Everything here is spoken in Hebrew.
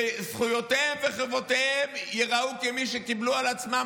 "ולעניין זכויותיהם וחובותיהם יראו במי שקיבלו על עצמם